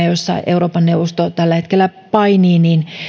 joissa euroopan neuvosto tällä hetkellä painii